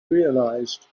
realized